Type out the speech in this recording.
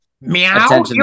Meow